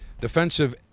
defensive